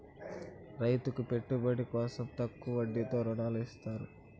రైతులకు పెట్టుబడి కోసం తక్కువ వడ్డీతో ఋణాలు ఇత్తారు